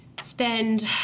spend